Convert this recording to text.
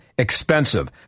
expensive